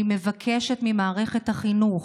אני מבקשת ממערכת החינוך,